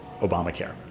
Obamacare